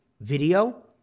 video